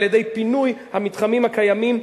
על-ידי פינוי המתחמים הקיימים,